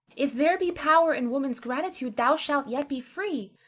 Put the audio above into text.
if there be power in woman's gratitude, thou shalt yet be free,